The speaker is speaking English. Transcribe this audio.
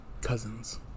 cousins